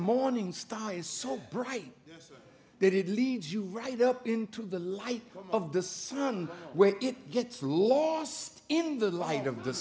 morning style is so bright that it leads you right up into the light of the sun when it gets lost in the light of the